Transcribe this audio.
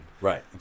Right